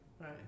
Right